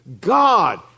God